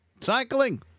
Cycling